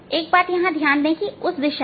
एक बात यहां ध्यान दें कि उस दिशा में